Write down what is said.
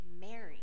Mary